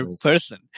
person